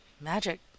magic